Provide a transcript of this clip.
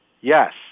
Yes